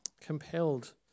compelled